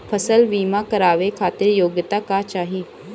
फसल बीमा करावे खातिर योग्यता का चाही?